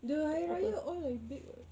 the hari raya all I bake [what]